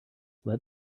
let